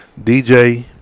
DJ